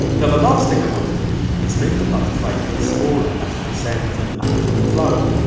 now the last thing i want to do is make the butterfly get smaller as it descends and lands on the flower.